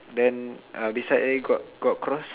then uh beside eh got got cross